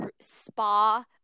spa